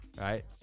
right